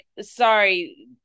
sorry